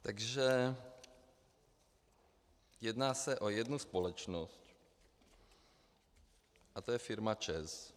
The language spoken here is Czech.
Takže jedná se o jednu společnost a to je firma ČEZ.